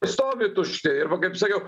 stovi tušti ir va kaip sakiau